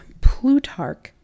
Plutarch